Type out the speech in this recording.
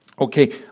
Okay